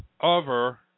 over